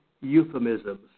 euphemisms